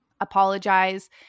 apologize